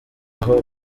aho